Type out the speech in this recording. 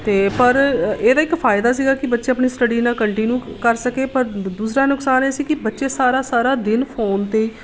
ਅਤੇ ਪਰ ਇਹਦਾ ਇੱਕ ਫਾਇਦਾ ਸੀਗਾ ਕਿ ਬੱਚੇ ਆਪਣੀ ਸਟੱਡੀ ਨਾ ਕੰਟੀਨਊ ਕਰ ਸਕੇ ਪਰ ਦ ਦੂਸਰਾ ਨੁਕਸਾਨ ਇਹ ਸੀ ਕਿ ਬੱਚੇ ਸਾਰਾ ਸਾਰਾ ਦਿਨ ਫੋਨ 'ਤੇ